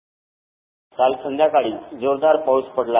bite काल संध्याकाळी जोरदार पाऊस पडला